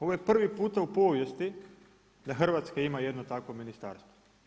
Ovo je privi puta u povijesti da Hrvatska ima jedno takvo ministarstvo.